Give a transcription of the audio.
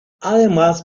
además